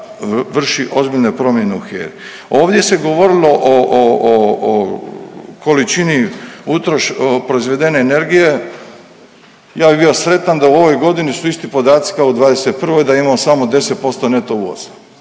da vrši ozbiljne promjene u HERA-i. Ovdje se govorilo o, o, o, o količini proizvedene energije. Ja bi bio sretan da u ovoj godini su isti podaci kao u '21. da imamo samo 10% neto